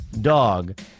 dog